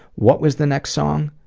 what was the next song?